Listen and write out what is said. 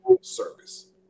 Service